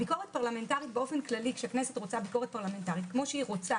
כשהכנסת רוצה באופן כללי ביקורת פרלמנטרית כמו שהיא רוצה